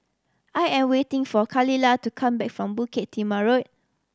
I am waiting for Khalilah to come back from Bukit Timah Road